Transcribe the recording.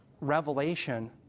Revelation